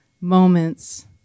moments